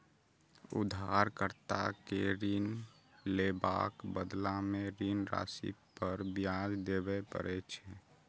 उधारकर्ता कें ऋण लेबाक बदला मे ऋण राशि पर ब्याज देबय पड़ै छै